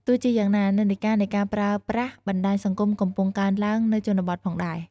ទោះជាយ៉ាងណា និន្នាការនៃការប្រើប្រាស់បណ្ដាញសង្គមកំពុងកើនឡើងនៅជនបទផងដែរ។